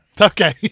Okay